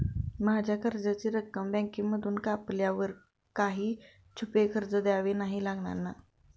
माझ्या कर्जाची रक्कम बँकेमधून कापल्यावर काही छुपे खर्च द्यावे नाही लागणार ना?